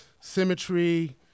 symmetry